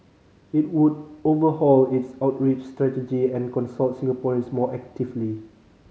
it would overhaul its outreach strategy and consult Singaporeans more actively